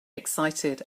excited